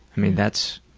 i mean that's